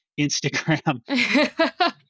Instagram